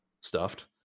stuffed